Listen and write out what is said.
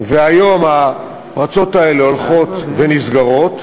והיום הפרצות האלה הולכות ונסגרות.